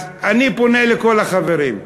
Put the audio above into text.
אז אני פונה לכל החברים,